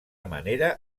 manera